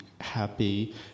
happy